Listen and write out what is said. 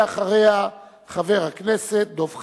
ואחריה, חבר הכנסת דב חנין.